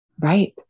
Right